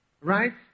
Right